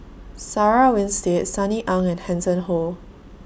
Sarah Winstedt Sunny Ang and Hanson Ho